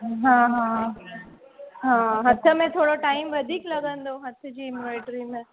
हा हा हा हथ में थोरो टाइम वधीक लॻंदो हथ जी एम्ब्रॉइडरी में